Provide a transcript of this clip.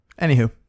Anywho